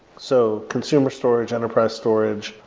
so consumer storage, enterprise storage.